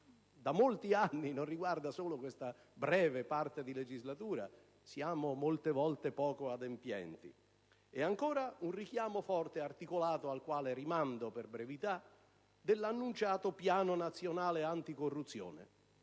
da molti anni - non riguarda solo questa breve parte di legislatura - siamo molte volte poco adempienti. Ancora un richiamo forte e articolato - al quale rimando per brevità - all'annunciato Piano nazionale anticorruzione,